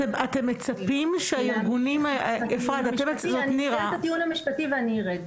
אתם מצפים שארגונים --- אסיים את הטיעון המשפטי וארד מהזום,